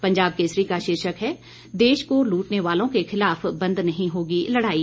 पंजाब केसरी का शीर्षक है देश को लूटने वालों के खिलाफ बंद नहीं होगी लड़ाई